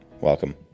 Welcome